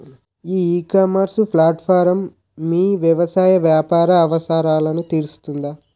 ఈ ecommerce platform మీ వ్యవసాయ వ్యాపార అవసరాలను తీరుస్తుందా?